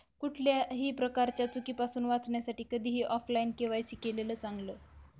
कुठल्याही प्रकारच्या चुकीपासुन वाचण्यासाठी कधीही ऑफलाइन के.वाय.सी केलेलं चांगल